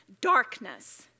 darkness